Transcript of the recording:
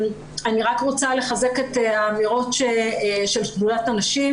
אני רק רוצה לחזק את האמירות של שדולת הנשים